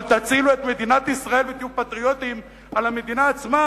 אבל תצילו את מדינת ישראל ותהיו פטריוטים של המדינה עצמה.